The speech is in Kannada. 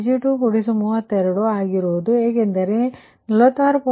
36 Pg232 ಗಾಗಿರುತ್ತದೆ ಏಕೆಂದರೆ ನಿಮ್ಮ 46